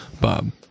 Bob